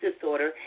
disorder